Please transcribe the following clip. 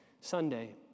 Sunday